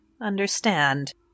understand